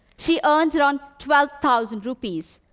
she earns around twelve thousand rupees.